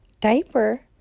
diaper